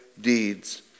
deeds